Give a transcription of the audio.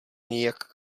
nijak